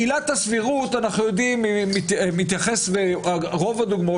עילת הסבירות אנו יודעים - רוב הדוגמאות